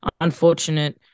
unfortunate